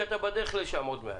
כי אתה בדרך לשם עוד מעט,